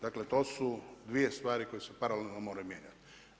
Dakle to su dvije stvari koje se paralelno moraju mijenjati.